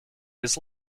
his